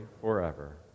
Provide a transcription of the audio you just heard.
forever